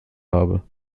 habe